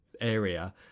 area